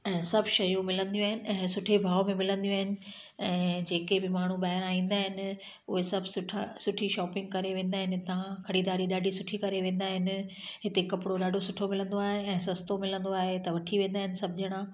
ऐं सभु शयूं मिलंदियूं आहिनि ऐं सुठे भाव में मिलंदियूं आहिनि ऐं जेके बि माण्हू ॿाहिरां ईंदा आहिनि उहे सभु सुठा सुठी शॉपिंग करे वेंदा आहिनि हितां ख़रीदारी ॾाढी सुठी करे वेंदा आहिनि हिते कपिड़ो ॾाढो सुठो मिलंदो आहे ऐं सस्तो मिलंदो आहे त वठी वेंदा आहिनि सभु ॼणा